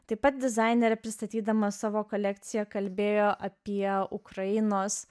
taip pat dizainerė pristatydama savo kolekciją kalbėjo apie ukrainos